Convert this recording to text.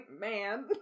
man